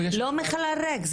לא מחלל ריק,